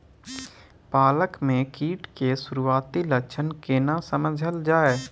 पालक में कीट के सुरआती लक्षण केना समझल जाय?